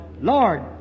Lord